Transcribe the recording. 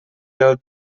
del